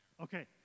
Okay